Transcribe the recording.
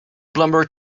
plumber